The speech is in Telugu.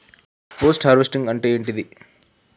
పోస్ట్ హార్వెస్టింగ్ అంటే ఏంటిది?